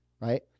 right